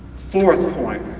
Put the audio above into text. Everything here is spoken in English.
fourth and point,